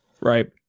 Right